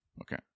Okay